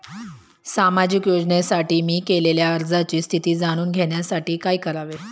सामाजिक योजनेसाठी मी केलेल्या अर्जाची स्थिती जाणून घेण्यासाठी काय करावे?